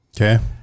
Okay